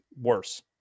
worse